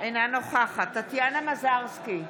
אינה נוכחת טטיאנה מזרסקי,